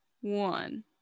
one